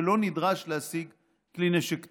ולא נדרש להשיג כלי נשק תקני.